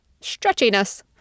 stretchiness